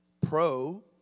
pro